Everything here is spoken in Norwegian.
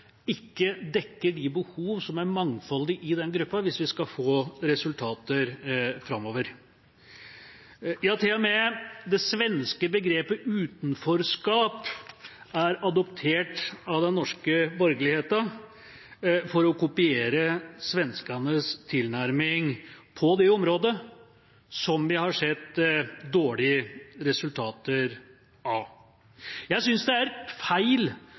ikke dekker de mangfoldige behovene som er i den gruppa, hvis vi skal få resultater framover. Til og med det svenske begrepet «utanförskap» er adoptert av den norske borgerligheten for å kopiere svenskenes tilnærming på det området, som vi har sett dårlige resultater av. Jeg synes det er feil